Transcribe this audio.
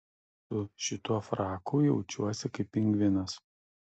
su šituo fraku jaučiuosi kaip pingvinas